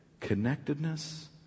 connectedness